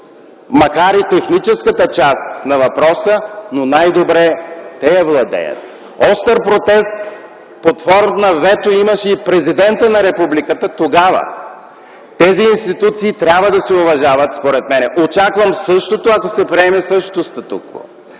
макар и техническата част на въпроса. Остър протест под форма на вето имаше и президентът на републиката тогава. Тези институции трябва да се уважават според мен. Очаквам същото, ако се приеме това статукво.